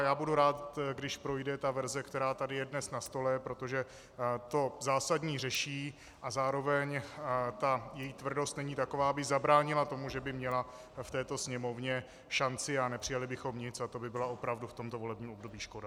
Já budu rád, když projde ta verze, která tady je dnes na stole, protože to zásadní řeší a zároveň ta její tvrdost není taková, aby zabránila tomu, že by měla v této Sněmovně šanci a nepřijali bychom nic, a to by bylo opravdu v tomto volebním období škoda.